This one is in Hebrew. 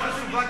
זו הערה חשובה,